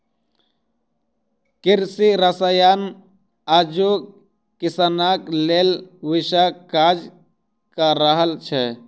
कृषि रसायन आजुक किसानक लेल विषक काज क रहल छै